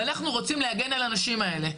ואנחנו רוצים להגן על הנשים האלה,